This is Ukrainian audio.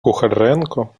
кухаренко